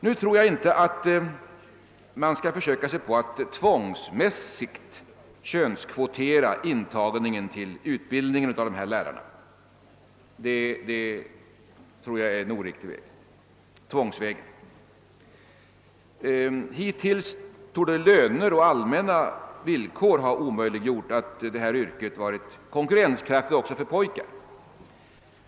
Jag tror inte att man skall försöka sig på att tvångsmässigt könskvotera intagningen till utbildningen av förskoleoch lågstadielärare. Tvångsvägen är en oriktig väg. Hittills torde löner och allmänna villkor ha omöjliggjort att dessa yrken blivit konkurrenskraftiga också för pojkar.